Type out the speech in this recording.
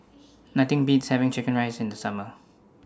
Nothing Beats having Chicken Rice in The Summer